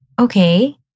okay